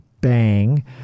bang